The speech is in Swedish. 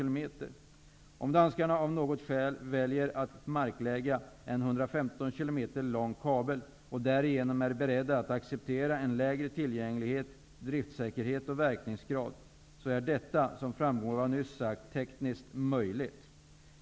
Om danskarna, av något skäl, väljer att marklägga en 115 km lång kabel och därigenom är beredda att acceptera en lägre tillgänglighet, driftsäkerhet och verkningsgrad är detta, som framgår av vad jag nyss sagt, tekniskt möjligt.